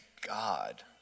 God